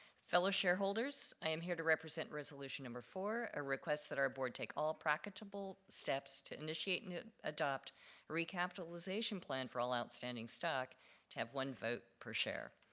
fellow shareholders, i'm here to represent resolution number four, a request that our board take all practicable steps to initiate and adopt a recapitalization plan for all outstanding stock to have one vote per share.